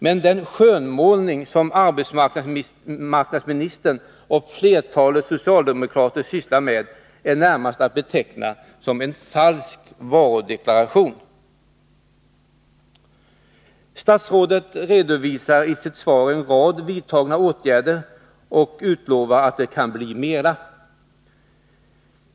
Men den skönmålning som arbetsmarknadsministern och flertalet socialdemokrater sysslar med är närmast att beteckna som falsk varudeklaration. Statsrådet redovisar i sitt svar en rad vidtagna åtgärder och utlovar att det kan bli fråga om fler.